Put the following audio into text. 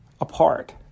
apart